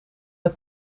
met